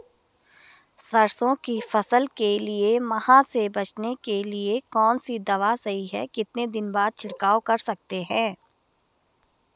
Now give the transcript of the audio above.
सरसों की फसल के लिए माह से बचने के लिए कौन सी दवा सही है कितने दिन बाद छिड़काव कर सकते हैं?